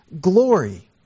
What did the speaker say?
Glory